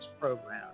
program